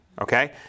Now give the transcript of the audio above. okay